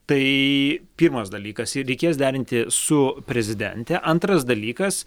tai pirmas dalykas jį reikės derinti su prezidente antras dalykas